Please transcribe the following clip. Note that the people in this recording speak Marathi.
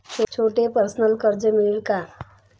छोटे पर्सनल कर्ज मिळेल का?